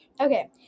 Okay